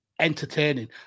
entertaining